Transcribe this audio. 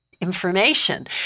information